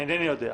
אינני יודע,